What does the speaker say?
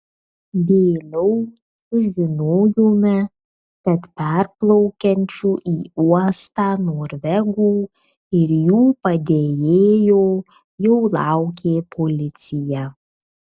vėliau sužinojome kad parplaukiančių į uostą norvegų ir jų padėjėjo jau laukė policija